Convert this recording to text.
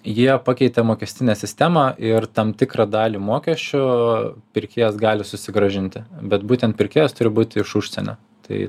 jie pakeitė mokestinę sistemą ir tam tikrą dalį mokesčio pirkėjas gali susigrąžinti bet būtent pirkėjas turi būti iš užsienio tai